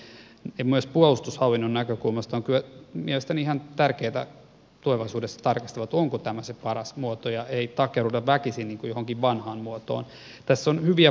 omalta osaltani ja myös puolustushallinnon näkökulmasta on kyllä mielestäni ihan tärkeätä tulevaisuudessa tarkastella onko tämä se paras muoto ja ei takerruta väkisin johonkin vanhaan muotoon